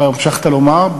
המשכת לומר,